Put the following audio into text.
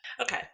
Okay